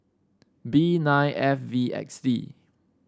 B nine F V X D